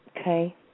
Okay